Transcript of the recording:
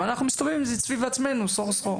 ואנחנו מסתובבים עם זה סביב עצמנו סחור-סחור.